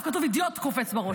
כתוב "הדיוט קופץ בראש".